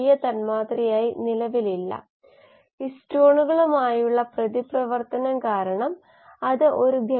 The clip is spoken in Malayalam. ഒരു ആമുഖമെന്ന നിലയിൽ കോശങ്ങൾ നൂറുകണക്കിന് പ്രതിപ്രവർത്തനങ്ങളുടെ ഫലമായി ഉൽപ്പന്നങ്ങൾ നിർമ്മിക്കുന്നു നിങ്ങൾക്ക് ഇത് ഇതിനകം അറിയാം